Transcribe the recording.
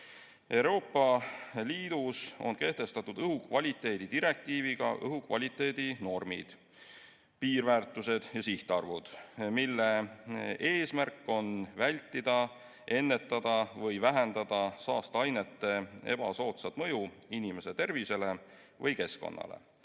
Euroopa Liidus on kehtestatud õhukvaliteedi direktiiviga õhukvaliteedi normid, piirväärtused ja sihtarvud, mille eesmärk on vältida, ennetada või vähendada saasteainete ebasoodsat mõju inimese tervisele või keskkonnale.